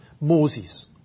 Moses